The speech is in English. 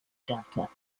delta